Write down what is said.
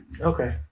Okay